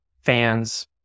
fans